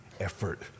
effort